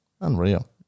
Unreal